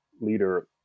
leader